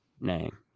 name